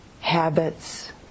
habits